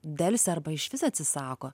delsia arba išvis atsisako